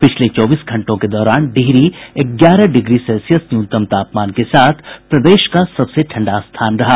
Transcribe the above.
पिछले चौबीस घंटों के दौरान डिहरी ग्यारह डिग्री सेल्सियस न्यूनतम तापमान के साथ प्रदेश का सबसे ठंडा स्थान रहा